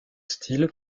style